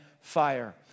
fire